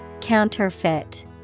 Counterfeit